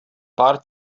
pár